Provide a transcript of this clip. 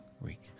week